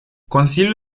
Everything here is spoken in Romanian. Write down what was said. consiliul